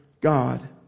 God